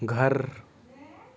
گھر